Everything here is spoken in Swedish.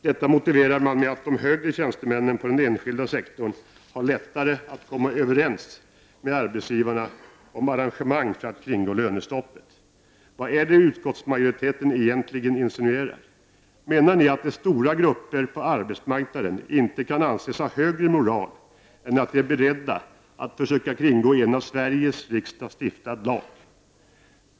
Detta motiverar man med att högre tjänstemän på den enskilda sektorn har lättare att komma överens med arbetsgivarna om arrangemang för att kringgå lönestoppet. Vad är det utskottsmajoriteten egentligen insinuerar? Menar ni att stora grupper på ar betsmarknaden inte kan anses ha högre moral än att de är beredda på att försöka kringgå en av Sveriges riksdag stiftad lag?